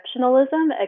exceptionalism